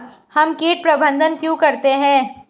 हम कीट प्रबंधन क्यों करते हैं?